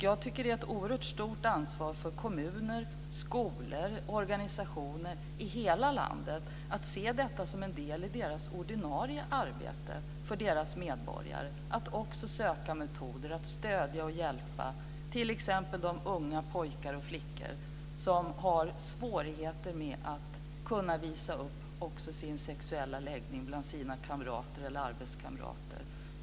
Jag tycker att det är ett oerhört stort ansvar för kommuner, skolor och organisationer i hela landet att se att det är en del i det ordinarie arbetet för deras medborgare att söka metoder för att stödja och hjälpa t.ex. unga pojkar och flickor som har svårigheter med att visa upp sin sexuella läggning bland sina kompisar eller arbetskamrater.